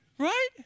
right